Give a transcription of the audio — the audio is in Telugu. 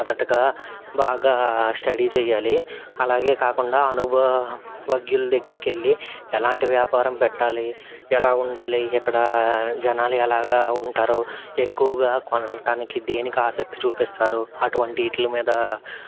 మొదటగా బాగా స్టడీ చేయాలి అలాగే కాకుండా అనుభవగ్యులు దగ్గరికి వెళ్లి ఎలాంటి వ్యాపారం పెట్టాలి ఎలా ఉండాలి ఎక్కడ జనాలు ఎలాగా ఉంటారు ఎక్కువగా కొనటానికి దేనికి ఆసక్తి చూపిస్తారు అటువంటి వాటి మీద